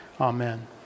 Amen